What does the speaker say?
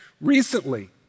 recently